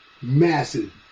massive